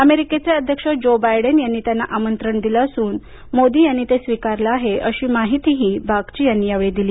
अमेरिकेचे अध्यक्ष Joe Biden यांनी त्यांना आमंत्रण दिलं असून मोदी यांनी ते स्वीकारलं आहे अशी माहितीही या वेळी बागची यांनी दिली